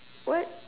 what